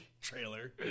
trailer